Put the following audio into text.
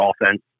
offense